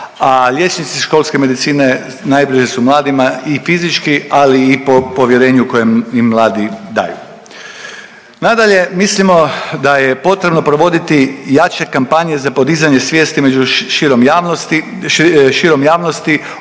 a liječnici školske medicine najbliži su mladima i fizički, ali i po povjerenju koje im mladi daju. Nadalje, mislimo da je potrebno provoditi jače kampanje za podizanje svijesti među širom javnosti